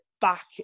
back